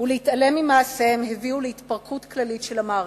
ולהתעלם ממעשיהם הביאו להתפרקות כללית של המערכת.